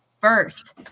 first